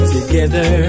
together